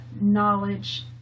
knowledge